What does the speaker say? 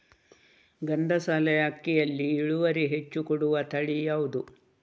ಗಂಧಸಾಲೆ ಅಕ್ಕಿಯಲ್ಲಿ ಇಳುವರಿ ಹೆಚ್ಚು ಕೊಡುವ ತಳಿ ಯಾವುದು?